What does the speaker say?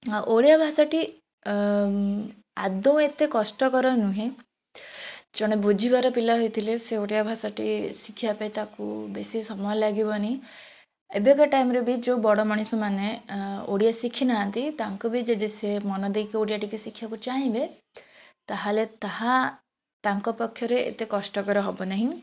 ଆଉ ଓଡ଼ିଆ ଭାଷାଟି ଆଦୌଁ ଏତେ କଷ୍ଟକର ନୁହେଁ ଜଣେ ବୁଝିବାର ପିଲା ହୋଇଥିଲେ ସେ ଓଡ଼ିଆ ଭାଷାଟି ଶିଖିବା ପାଇଁ ତାକୁ ବେଶୀ ସମୟ ଲାଗିବନି ଏବେକା ଟାଇମ୍ରେ ବି ଯେଉଁ ବଡ଼ ମଣିଷମାନେ ଓଡ଼ିଆ ଶିଖିନାହାନ୍ତି ତାଙ୍କୁ ବି ଯଦି ସେ ମନ ଦେଇକି ଓଡ଼ିଆ ଟିକିଏ ଶିଖିବାକୁ ଚାହିଁବେ ତାହେଲେ ତାହା ତାଙ୍କ ପକ୍ଷରେ ଏତେ କଷ୍ଟକର ହବ ନାହିଁ